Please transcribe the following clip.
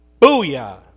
Booyah